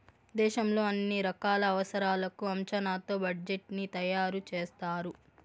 దేశంలో అన్ని రకాల అవసరాలకు అంచనాతో బడ్జెట్ ని తయారు చేస్తారు